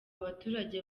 abaturage